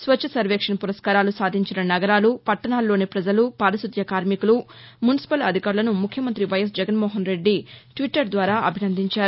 స్వచ్చసర్వేక్షణ్ ఫురస్కారాలు సాధించిన నగరాలు పట్టణాల్లోని పజలు పారిశుద్య కార్మికులు మున్సిపల్ అధికారులను ముఖ్యమంతి వైఎస్ జగన్మోహన్రెడ్డి ట్విట్టర్ ద్వారా అభినందించారు